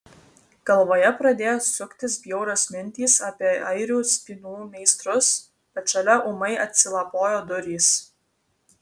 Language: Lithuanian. galvoje pradėjo suktis bjaurios mintys apie airių spynų meistrus bet šalia ūmai atsilapojo durys